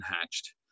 hatched